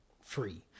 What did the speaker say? free